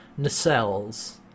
nacelles